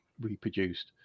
reproduced